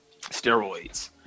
steroids